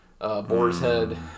Boarshead